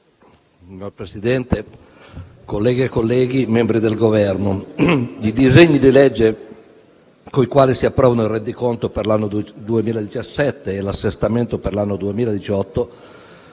Signor Presidente, colleghe e colleghi, membri del Governo, i disegni di legge con i quali si approvano il rendiconto per l'anno 2017 e l'assestamento per l'anno 2018,